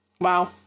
Wow